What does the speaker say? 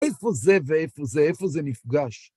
איפה זה ואיפה זה? איפה זה נפגש?